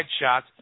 headshots